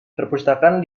perpustakaan